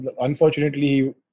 unfortunately